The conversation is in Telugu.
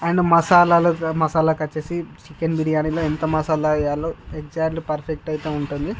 అండ్ మసాలలో మాసాలకు వచ్చి చికెన్ బిరియానీలో ఎంత మసాల వేయాలో ఎగ్సాక్ట్లీ పర్ఫెక్ట్ అయితే ఉంటుంది